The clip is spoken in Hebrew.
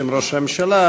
בשם ראש הממשלה,